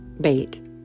bait